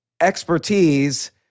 expertise